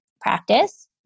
practice